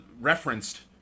referenced